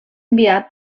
enviat